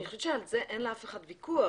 אני חושבת שעל זה אין לאף אחד ויכוח.